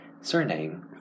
Surname